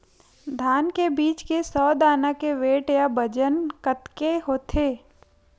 धान बीज के सौ दाना के वेट या बजन कतके होथे?